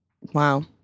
Wow